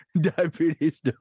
Diabetes